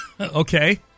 Okay